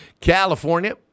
California